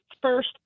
first